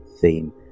theme